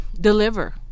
deliver